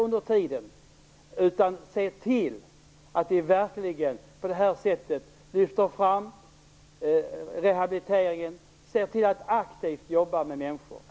Vi måste se till att vi verkligen lyfter fram rehabiliteringen och att vi aktivt jobbar med människor.